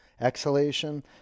exhalation